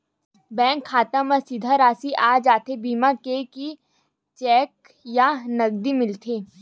Bank खाता मा सीधा राशि आ जाथे बीमा के कि चेक या नकदी मिलथे?